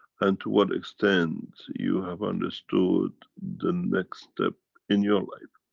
and to what extent you have understood the next step in your life?